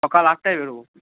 সকাল আটটায় বেরোব